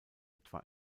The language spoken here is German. etwa